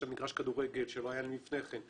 מגרש כדורגל שלא היה להם לפני כן,